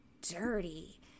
dirty